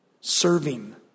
Serving